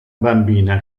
bambina